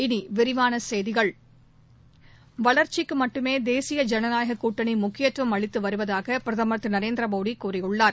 இனி விரிவான செய்திகள் வளர்ச்சிக்கு மட்டுமே தேசிய ஜனநாயக கூட்டணி முக்கியத்துவம் அளித்து வருவதாக பிரதமர் திரு நரேந்திர மோடி கூறியுள்ளார்